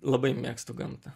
labai mėgstu gamtą